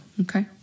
Okay